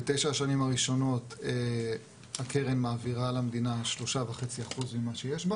בתשע השנים הראשונות הקרן מעבירה למדינה 3.5% ממה שיש בה